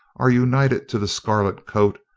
are united to the scarlet coat,